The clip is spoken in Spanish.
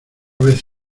vez